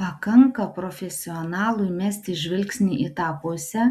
pakanka profesionalui mesti žvilgsnį į tą pusę